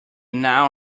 now